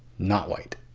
not white.